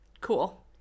Cool